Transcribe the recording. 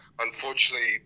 unfortunately